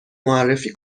معرفی